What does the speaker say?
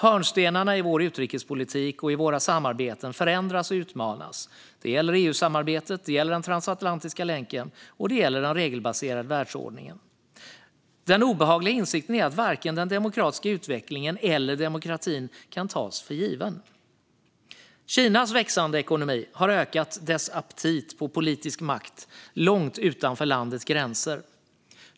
Hörnstenarna i vår utrikespolitik och i våra samarbeten förändras och utmanas. Det gäller EU-samarbetet, det gäller den transatlantiska länken och det gäller den regelbaserade världsordningen. Den obehagliga insikten är att varken den demokratiska utvecklingen eller demokratin kan tas för given. Kinas växande ekonomi har ökat dess aptit på politisk makt långt utanför landets gränser.